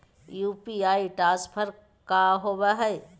UPI transfer का होव हई?